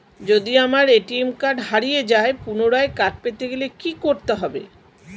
যদি আমার ATM card হারিয়ে যায় পুনরায় কার্ড পেতে গেলে কি করতে হবে?